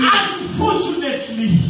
unfortunately